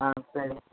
ஆ சரிங்க